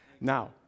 Now